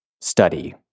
study